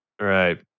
Right